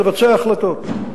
לבצע החלטות.